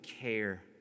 care